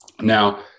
Now